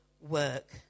work